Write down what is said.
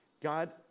God